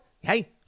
Hey